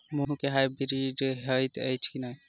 मूँग केँ हाइब्रिड बीज हएत अछि की नै?